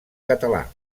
català